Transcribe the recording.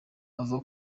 avuga